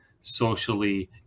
socially